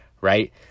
right